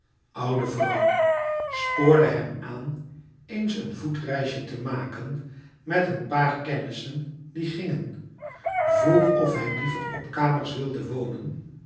oude vrouw spoorde hem aan eens een voetreisje te maken met een paar kennissen die gingen vroeg of hij liever op kamers wilde wonen